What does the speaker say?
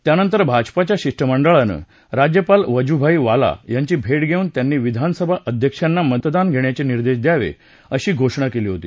त्यानंतर भाजपाच्या शिष्टमंडळानं राज्यपाल वजूभाई वाला यांची भेट घेऊन त्यांनी विधानसभा अध्यक्षांन मतदान घेण्याचे निर्देश द्यावे अशी मागणी केली होती